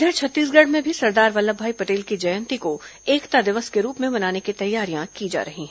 इधर छत्तीसगढ़ में भी सरदार वल्लभभाई पटेल की जयंती को एकता दिवस के रूप में मनाने की तैयारियां की जा रही हैं